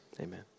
amen